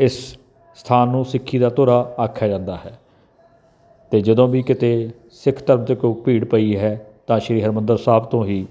ਇਸ ਸਥਾਨ ਨੂੰ ਸਿੱਖੀ ਦਾ ਧੁਰਾ ਆਖਿਆ ਜਾਂਦਾ ਹੈ ਅਤੇ ਜਦੋਂ ਵੀ ਕਿਤੇ ਸਿੱਖ ਧਰਮ 'ਤੇ ਕੋਈ ਭੀੜ ਪਈ ਹੈ ਤਾਂ ਸ਼੍ਰੀ ਹਰਿਮੰਦਰ ਸਾਹਿਬ ਤੋਂ ਹੀ